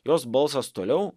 jos balsas toliau